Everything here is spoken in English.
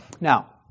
Now